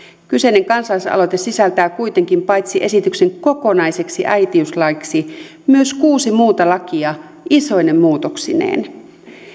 kyseinen kansalaisaloite sisältää kuitenkin paitsi esityksen kokonaiseksi äitiyslaiksi myös kuusi muuta lakia isoine muutoksineen